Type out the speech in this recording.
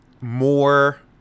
more –